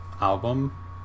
album